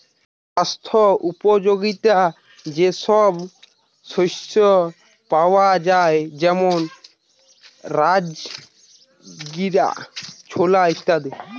স্বাস্থ্য উপযোগিতা যে সব শস্যে পাওয়া যায় যেমন রাজগীরা, ছোলা ইত্যাদি